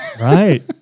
Right